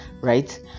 right